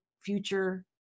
future